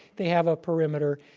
they have a perimeter.